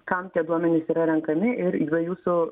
kam tie duomenys yra renkami ir be jūsų